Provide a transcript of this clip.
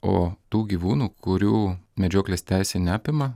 o tų gyvūnų kurių medžioklės teisė neapima